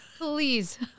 Please